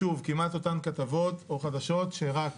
שוב כמעט אותן כתבות או חדשות שרק